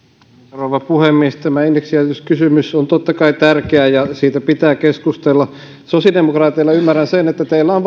rouva puhemies tämä indeksijäädytyskysymys on totta kai tärkeä ja siitä pitää keskustella sosiaalidemokraateilla ymmärrän sen että teillä on